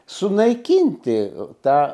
sunaikinti tą